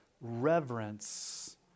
reverence